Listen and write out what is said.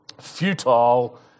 futile